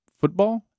football